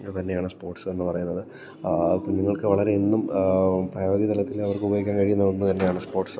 ഇതു തന്നെയാണ് സ്പോർട്സ് എന്നു പറയുന്നത് കുഞ്ഞുങ്ങൾക്ക് വളരെ എന്നും പ്രയോഗ്യ തലത്തിൽ അവർക്ക് ഉപയോഗിക്കാൻ കഴിയുന്ന ഒന്ന് തന്നെയാണ് സ്പോർട്സ്